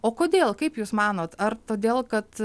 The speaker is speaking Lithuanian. o kodėl kaip jūs manot ar todėl kad